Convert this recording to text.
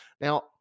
Now